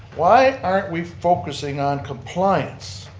why aren't we focusing on compliance